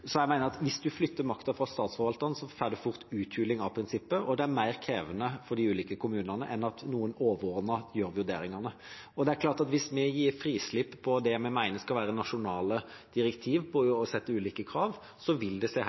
er mer krevende for de ulike kommunene enn at noen overordnet gjør vurderingene. Det er klart at hvis vi gir frislipp på det vi mener skal være nasjonale direktiver, og setter ulike krav, vil det se